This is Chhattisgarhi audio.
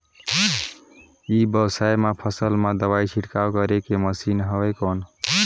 ई व्यवसाय म फसल मा दवाई छिड़काव करे के मशीन हवय कौन?